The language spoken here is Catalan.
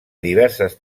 diverses